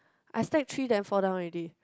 I stack three then fall down already